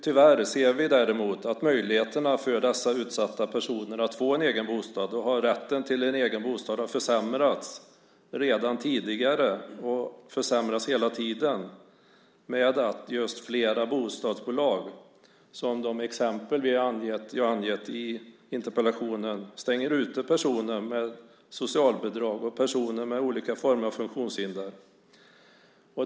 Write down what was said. Tyvärr ser vi dock att möjligheterna för dessa utsatta personer att få en egen bostad och ha rätt till en egen bostad har försämrats redan tidigare och försämras hela tiden genom att flera bostadsbolag, som de exempel jag angett i interpellationen, stänger ute personer med socialbidrag och personer med olika former av funktionshinder.